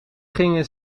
ging